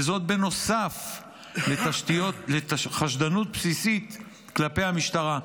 וזאת נוסף לחשדנות בסיסית כלפי המשטרה.